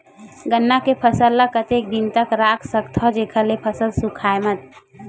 गन्ना के फसल ल कतेक दिन तक रख सकथव जेखर से फसल सूखाय मत?